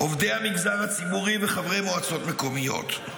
עובדי המגזר הציבורי וחברי מועצות מקומיות.